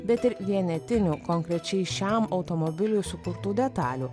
bet ir vienetinių konkrečiai šiam automobiliui sukurtų detalių